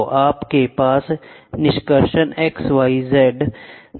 तो आपके पास निष्कर्षणx y z दिशा है